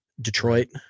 Detroit